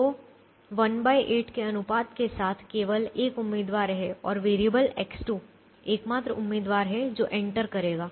तो 18 के अनुपात के साथ केवल 1 उम्मीदवार है और वेरिएबल X2 एकमात्र उम्मीदवार है जो एंटर करेगा